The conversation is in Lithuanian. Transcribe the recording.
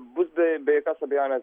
bus be be jokios abejonės